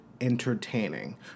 entertaining